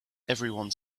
everyone